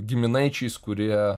giminaičiais kurie